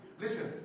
listen